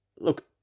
Look